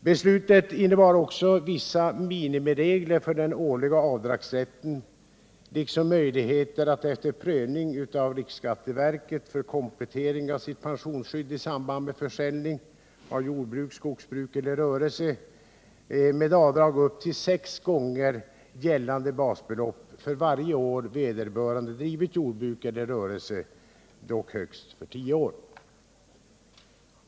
Beslutet innebar också vissa minimiregler för den årliga avdragsrätten liksom möjligheter att efter prövning av riksskatteverket för kompletteringar av sitt pensionsskydd i samband med försäljning av jordbruk, skogsbruk eller rörelse med avdrag upp till sex gånger gällande basbelopp för varje år vederbörande drivit jordbruk eller rörelse, dock högst för tio år.